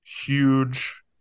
huge